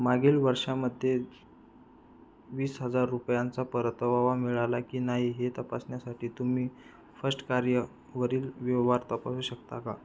मागील वर्षामध्ये वीस हजार रुपयांचा परतावा मिळाला की नाही हे तपासण्यासाठी तुम्ही फर्स्टकार्यवरील व्यवहार तपासू शकता का